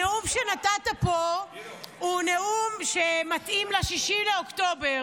הנאום שנתת פה הוא נאום שמתאים ל-6 באוקטובר,